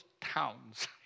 towns